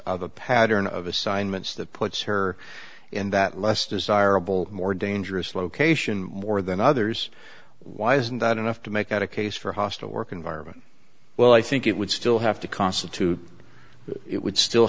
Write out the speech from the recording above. of a pattern of assignments that puts her in that less desirable more dangerous location more than others why isn't that enough to make out a case for hostile work environment well i think it would still have to constitute it would still